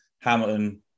Hamilton